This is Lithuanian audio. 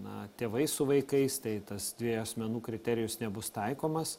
na tėvai su vaikais tai tas dviejų asmenų kriterijus nebus taikomas